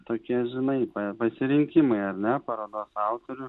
tokie žinai pa pasirinkimai parodos autorių